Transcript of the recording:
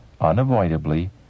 unavoidably